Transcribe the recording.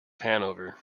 hanover